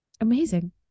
Amazing